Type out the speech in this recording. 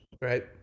Right